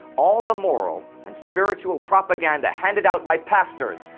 all the moral and spiritual propaganda handed out by pastors,